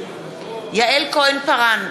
יעל כהן-פארן,